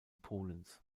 polens